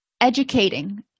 educating